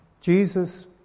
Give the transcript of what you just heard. Jesus